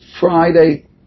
Friday